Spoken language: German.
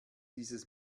dieses